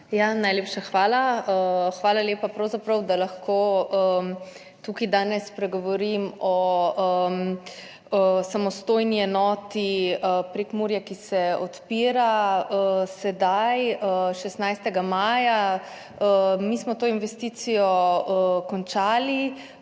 Najlepša hvala. Hvala lepa, da lahko tukaj danes pravzaprav spregovorim o samostojni enoti Prekmurja, ki se odpira sedaj 16. maja. Mi smo to investicijo končali,